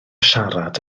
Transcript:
siarad